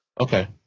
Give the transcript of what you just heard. Okay